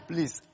Please